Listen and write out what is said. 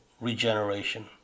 regeneration